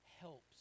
helps